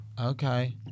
okay